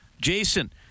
Jason